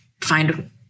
find